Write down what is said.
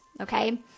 okay